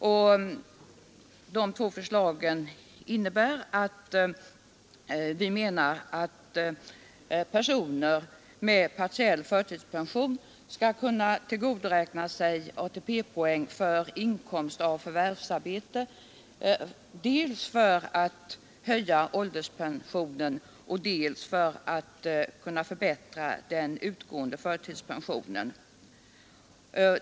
Enligt ett av de två förslagen anser vi att personer med partiell förtidspension skall kunna tillgodoräkna sig ATP-poäng för inkomst av förvärvsarbete dels för att höja ålderspensionen, dels för att kunna förbättra den utgående förtidspensionen.